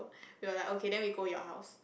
we were like okay then we go your house